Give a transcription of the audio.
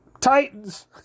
Titans